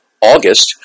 August